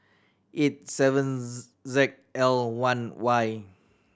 eight seven Z L one Y